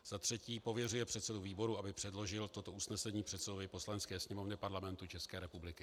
III. pověřuje předsedu výboru, aby předložil toto usnesení předsedovi Poslanecké sněmovny Parlamentu České republiky.